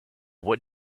what